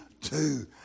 two